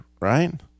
right